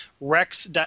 Rex